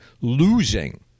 losing